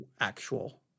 actual